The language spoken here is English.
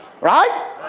Right